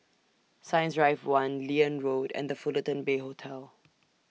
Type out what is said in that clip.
Science Drive one Liane Road and The Fullerton Bay Hotel